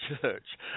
church